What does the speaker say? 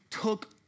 took